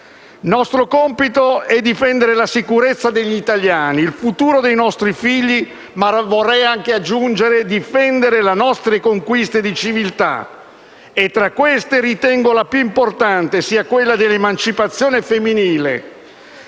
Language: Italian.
nostro compito è difendere la sicurezza degli italiani, il futuro dei nostri figli ma anche le nostre conquiste di civiltà. Tra queste ritengo che la più importante sia quella dell'emancipazione femminile,